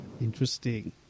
Interesting